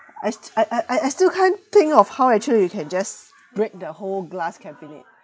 I st~ I I I I still can't think of how actually you can just break the whole glass cabinet